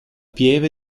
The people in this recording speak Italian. pieve